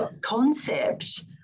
concept